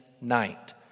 night